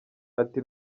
ati